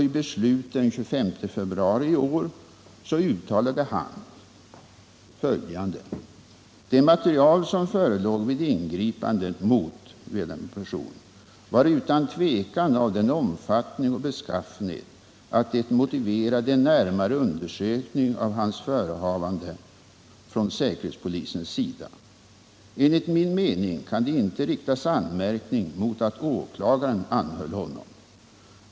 I beslut den 25 februari i år uttalade han följande: ”Det material som förelåg vid ingripandet mot E var utan tvekan av den omfattning och beskaffenhet att det motiverade en närmare undersökning av E:s förehavanden från säkerhetspolisens sida. Enligt min mening kan det inte riktas anmärkning mot att åklagaren anhöll E.